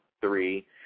three